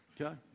okay